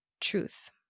truth